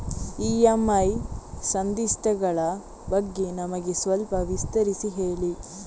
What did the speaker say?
EMI ಸಂಧಿಸ್ತ ಗಳ ಬಗ್ಗೆ ನಮಗೆ ಸ್ವಲ್ಪ ವಿಸ್ತರಿಸಿ ಹೇಳಿ